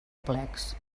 plecs